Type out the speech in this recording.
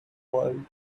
world